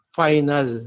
final